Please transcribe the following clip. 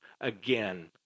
again